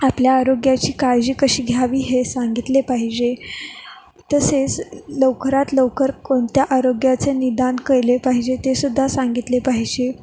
आपल्या आरोग्याची काळजी कशी घ्यावी हे सांगितले पाहिजे तसेच लवकरात लवकर कोणत्या आरोग्याचे निदान केले पाहिजे ते सुद्धा सांगितले पाहिजे